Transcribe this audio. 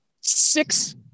six